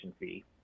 fee